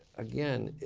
again,